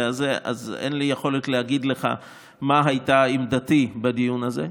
הזה אז אין לי יכולת להגיד לך מה הייתה עמדתי בדיון הזה,